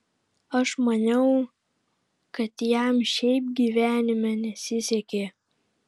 aš maniau kad jam šiaip gyvenime nesisekė